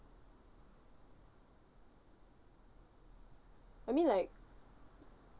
I mean like